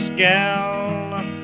gal